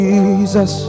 Jesus